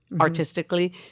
Artistically